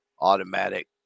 automatic